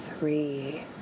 Three